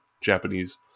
Japanese